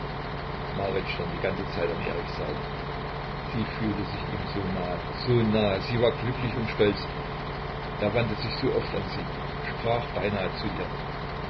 marit stand die ganze zeit an eriks seite sie fühlte sich ihm so nahe so nahe sie war glücklich und stolz er wandte sich so oft an sie sprach beinahe zu ihr